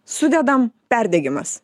sudedam perdegimas